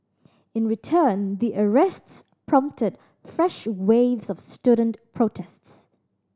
in return the arrests prompted fresh waves of student protests